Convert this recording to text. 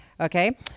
Okay